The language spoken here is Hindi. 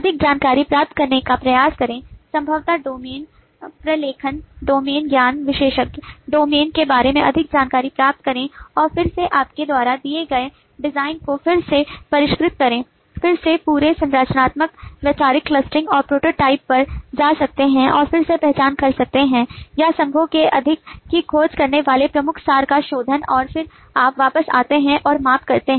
अधिक जानकारी प्राप्त करने का प्रयास करें संभवतः डोमेन प्रलेखन डोमेन ज्ञान विशेषज्ञ डोमेन के बारे में अधिक जानकारी प्राप्त करें और फिर से आपके द्वारा किए गए डिज़ाइन को फिर से परिष्कृत करें फिर से पूरे संरचनात्मक वैचारिक क्लस्टरिंग और प्रोटोटाइप पर जा सकते हैं और फिर से पहचान कर सकते हैं या संघों के अधिक की खोज करने वाले प्रमुख सार का शोधन और फिर आप वापस आते हैं और माप करते हैं